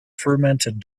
fermented